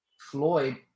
Floyd